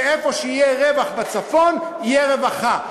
כי איפה שיהיה רווח בצפון תהיה רווחה,